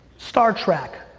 star trek,